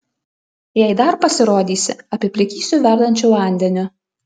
jei dar pasirodysi apiplikysiu verdančiu vandeniu